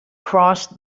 crossed